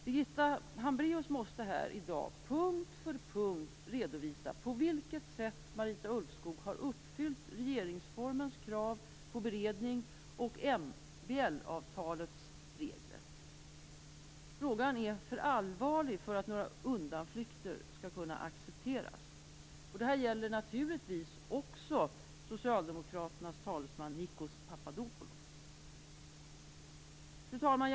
Birgitta Hambraeus måste här i dag punkt för punkt redovisa på vilket sätt Marita Ulvskog har uppfyllt regeringsformens krav på beredning och MBL avtalets regler. Frågan är för allvarlig för att några undanflykter skall kunna accepteras. Detta gäller naturligtvis också socialdemokraternas talesman Nikos Papadopoulos. Fru talman!